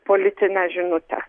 politinę žinutę